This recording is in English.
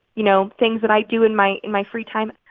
you know, things that i do in my my free time.